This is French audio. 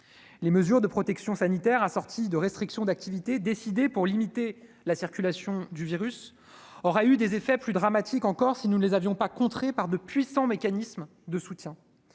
les mesures de protection sanitaire assorties de restrictions d'activité décidée pour limiter la circulation du virus aura eu des effets plus dramatiques encore si nous ne les avions pas contré par de puissants mécanismes de soutien,